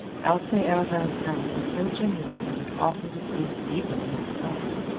alcee arobin's manner was so genuine that it often deceived even himself.